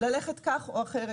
ללכת כך או אחרת.